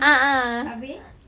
ah ah ah